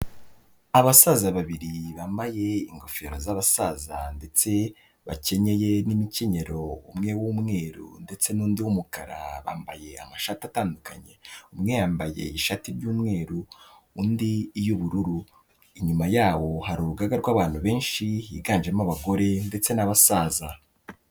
Abasaza babiri bambaye ingofero z'abasaza ndetse bakenyeye n'imikenyero umwe w'umweru, ndetse n'undi w'umukara, bambaye amashati atandukanye, umwe yambaye ishati y'umweru, undiy'ubururu, inyuma yabo hari urugaga rw'abantu benshi biganjemo abagore ndetse n'abasaza.